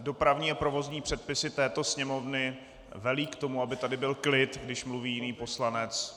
Dopravní a provozní předpisy této Sněmovny velí k tomu, aby tady byl klid, když mluví jiný poslanec.